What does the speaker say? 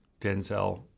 Denzel